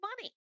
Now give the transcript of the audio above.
money